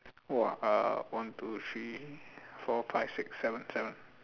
!wah! uh one two three four five six seven seven